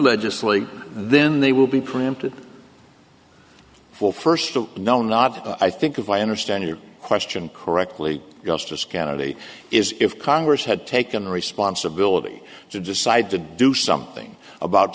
legislate then they will be preempted full first to no not i think if i understand your question correctly justice kennedy is if congress had taken responsibility to decide to do something about